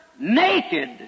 naked